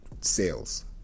sales